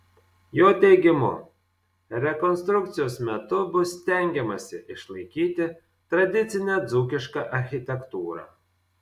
jo teigimu rekonstrukcijos metu bus stengiamasi išlaikyti tradicinę dzūkišką architektūrą